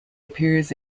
appears